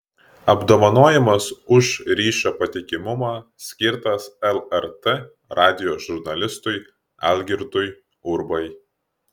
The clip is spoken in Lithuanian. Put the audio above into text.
apdovanojimas už ryšio patikimumą skirtas lrt radijo žurnalistui algirdui urbai